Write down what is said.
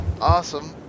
awesome